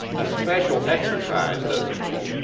a special exercise doesnt do that,